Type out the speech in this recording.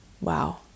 wow